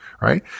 right